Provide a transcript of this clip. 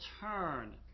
turn